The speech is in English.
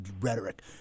rhetoric